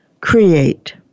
Create